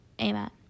Amen